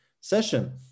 session